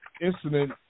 incident